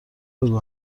بگو